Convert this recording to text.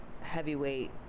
heavyweight